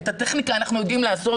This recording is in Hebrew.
את הטכניקה אנחנו יודעים לעשות